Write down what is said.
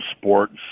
sports